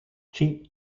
cheap